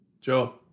Joe